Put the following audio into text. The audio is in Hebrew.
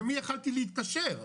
למי יכולתי להתקשר?